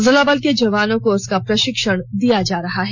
जिला बल के जवानों को उसका प्रधीक्षण दिया जा रहा है